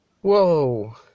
Whoa